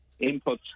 inputs